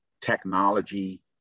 technology